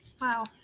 Wow